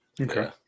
Okay